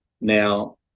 Now